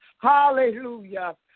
Hallelujah